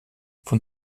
von